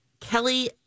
Kelly